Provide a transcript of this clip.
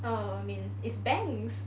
oh I mean it's banks